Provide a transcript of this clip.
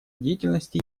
деятельности